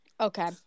Okay